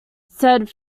said